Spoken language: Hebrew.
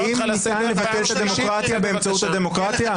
האם ניתן לבטל את הדמוקרטיה באמצעות הדמוקרטיה?